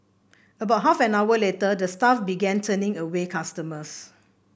about half an hour later the staff began turning away customers